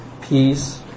peace